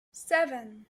seven